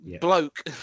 bloke